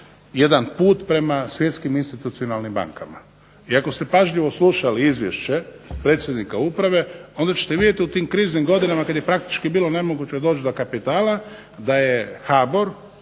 jedan put prema svjetskim institucionalnim bankama. I ako ste pažljivo slušali izvješće predsjednika Uprave, onda ćete vidjeti da u tim kriznim godinama kada je praktički bilo nemoguće doći do kapitala da je HBOR